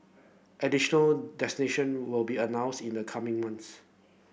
additional destination will be announced in the coming months